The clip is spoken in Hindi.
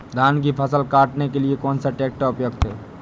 धान की फसल काटने के लिए कौन सा ट्रैक्टर उपयुक्त है?